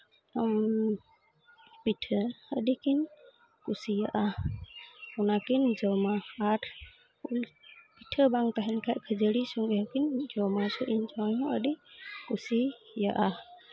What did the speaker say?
ᱯᱤᱴᱷᱟᱹ ᱟᱹᱰᱤᱠᱤᱱ ᱠᱩᱥᱤᱭᱟᱜᱼᱟ ᱚᱱᱟᱠᱤᱱ ᱡᱚᱢᱟ ᱟᱨ ᱯᱤᱴᱷᱟᱹ ᱵᱟᱝ ᱛᱟᱦᱮᱱ ᱠᱷᱟᱡ ᱠᱷᱟᱹᱡᱟᱹᱲᱤ ᱥᱚᱸᱜᱮ ᱦᱚᱸᱠᱤᱱ ᱡᱚᱢᱟ ᱥᱮ ᱤᱧ ᱡᱟᱶᱟᱭ ᱦᱚᱸ ᱟᱹᱰᱤ ᱠᱩᱥᱤᱭᱟᱜᱼᱟ